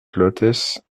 clotes